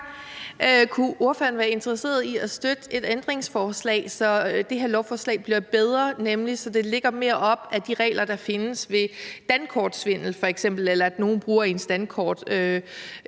Kunne ordføreren være interesseret i at støtte et ændringsforslag, så det her lovforslag bliver bedre, nemlig så det lægger sig mere op ad de regler, der findes for f.eks. dankortsvindel eller for, hvis nogen bruger ens dankort,